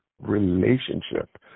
relationship